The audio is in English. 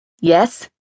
Yes